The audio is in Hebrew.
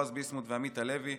בועז ביסמוט ועמית הלוי,